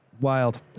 Wild